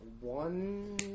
One